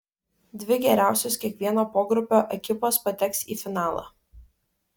dvi geriausios kiekvieno pogrupio ekipos pateks į finalą